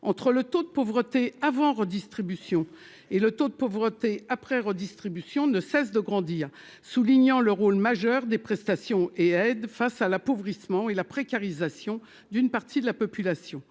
entre le taux de pauvreté avant redistribution et le taux de pauvreté après redistribution ne cesse de grandir, soulignant le rôle majeur des prestations et aide face à l'appauvrissement et la précarisation d'une partie de la population,